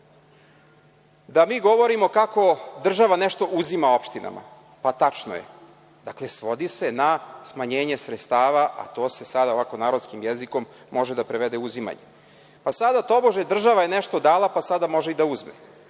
da mi govorimo kako država nešto uzima opštinama. Pa, tačno je. Dakle, svodi se na smanjenje sredstava, a to se sada ovako narodnim jezikom može da prevede uzimanje. Pa sada, tobože država je nešto dala, pa sada može i da uzme.